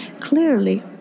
Clearly